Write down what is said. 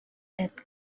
death